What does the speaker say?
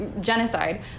genocide